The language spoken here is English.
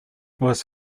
was